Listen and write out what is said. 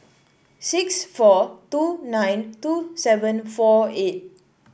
six four two nine two seven four eight